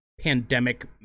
pandemic